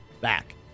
Back